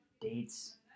dates